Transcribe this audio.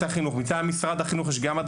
החינוך; ומטעם משרד החינוך נמצאים המנהל,